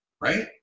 right